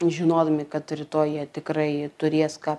žinodami kad rytoj jie tikrai turės ką